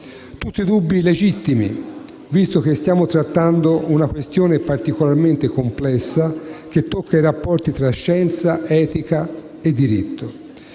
Tutti dubbi legittimi, visto che stiamo trattando una questione particolarmente complessa, che tocca i rapporti tra scienza, etica e diritto.